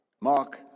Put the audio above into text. Mark